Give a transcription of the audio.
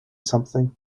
something